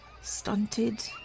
stunted